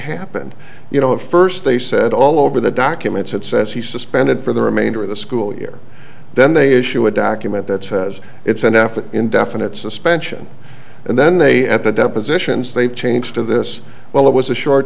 happened you know at first they said all over the documents it says he's suspended for the remainder of the school year then they issue a document that says it's an effort indefinite suspension and then they at the depositions they've changed to this well it was a short